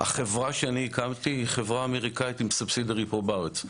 החברה שאני הקמתי היא חברה אמריקאית עם סבסידרי פה בארץ,